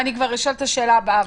אני כבר אשאל את השאלה הבאה.